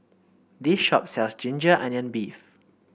this shop sells ginger onion beef